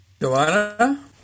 Joanna